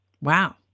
Wow